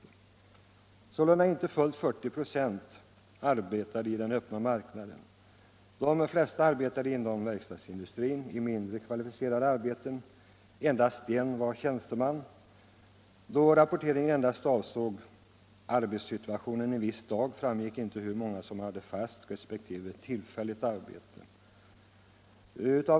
Sålunda arbetade inte fullt 40 96 i den öppna marknaden, de flesta inom verkstadsindustrin i mindre kvalificerade arbeten. Endast en var tjänsteman. Då rapporteringen endast avsåg arbetssituationen en viss dag framgick inte hur många som hade fast respektive tillfälligt arbete.